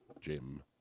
Jim